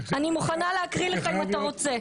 אני מוכנה להקריא לך, אם אתה רוצה.